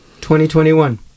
2021